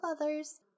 others